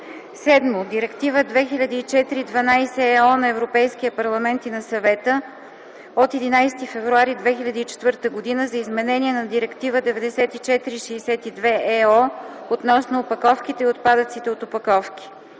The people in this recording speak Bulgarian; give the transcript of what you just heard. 7. Директива 2004/12/ ЕО на Европейския парламент и на Съвета от 11 февруари 2004 г. за изменение на Директива 94/62/ ЕО относно опаковките и отпадъците от опаковки.